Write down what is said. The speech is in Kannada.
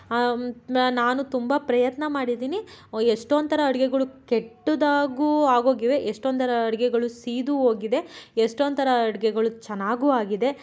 ನಾನು ತುಂಬ ಪ್ರಯತ್ನ ಮಾಡಿದೀನಿ ಎಷ್ಟೊಂದು ಥರ ಅಡ್ಗೆಗಳು ಕೆಟ್ಟದಾಗೂ ಆಗೋಗಿವೆ ಎಷ್ಟೊಂಥರ ಅಡುಗೆಗಳು ಸೀದೂ ಹೋಗಿದೆ ಎಷ್ಟೋಂಥರ ಅಡುಗೆಗಳು ಚೆನ್ನಾಗೂ ಆಗಿದೆ